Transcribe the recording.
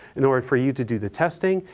in order for you to do the testing.